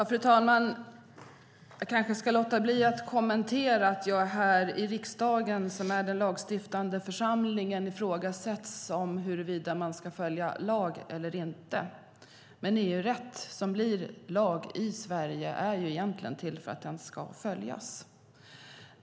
Fru talman! Jag kanske ska låta bli att kommentera att det här i riksdagen, den lagstiftande församlingen, ifrågasätts huruvida man ska följa lag eller inte. EU-rätt som blir lag i Sverige är ju till för att följas.